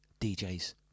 DJs